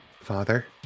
Father